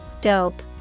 Dope